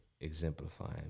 Exemplifying